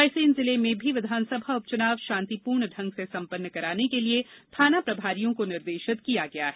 रायसेन जिले में भी विधानसभा उपचुनाव शांतिपूर्ण ढंग से संपन्न कराने के लिये थाना प्रभारियों को निर्देशित किया गया है